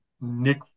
Nick